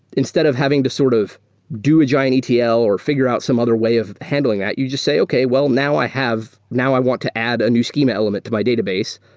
instead of having to sort of do giant etl or figure out some other way of handling that, you just say, okay. well, now i have now i want to add a new schema element to my database.